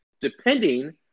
Depending